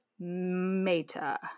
meta